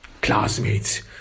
classmates